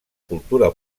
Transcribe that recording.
cultura